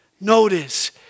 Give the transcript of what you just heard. Notice